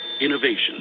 Innovation